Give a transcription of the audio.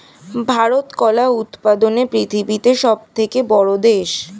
ভারত কলা উৎপাদনে পৃথিবীতে সবথেকে বড়ো দেশ